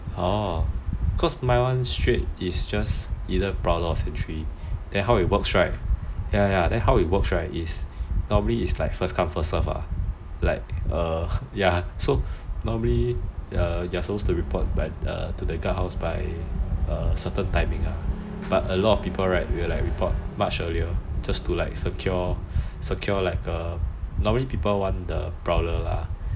cause my [one] is straight either prowler or sentry then how it works right is usually like first come first serve [one] so normally you're supposed to report to the guard house by certain timing but a lot of people right will report much earlier just to secure like err normally people want the prowler lah